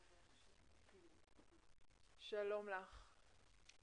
שלום לך.